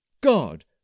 God